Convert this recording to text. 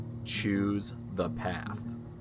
ChooseThePath